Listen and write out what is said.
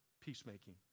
peacemaking